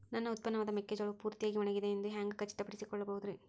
ನನ್ನ ಉತ್ಪನ್ನವಾದ ಮೆಕ್ಕೆಜೋಳವು ಪೂರ್ತಿಯಾಗಿ ಒಣಗಿದೆ ಎಂದು ಹ್ಯಾಂಗ ಖಚಿತ ಪಡಿಸಿಕೊಳ್ಳಬಹುದರೇ?